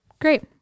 great